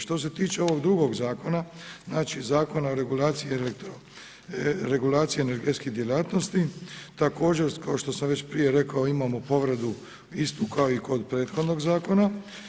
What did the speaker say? Što se tiče ovog drugog zakona, znači Zakona o regulaciji energetske djelatnosti, također kao što sam već prije rekao, imamo povredu istu kao i kod prethodnog zakona.